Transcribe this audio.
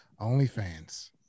OnlyFans